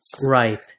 Right